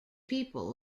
people